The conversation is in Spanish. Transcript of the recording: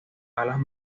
alas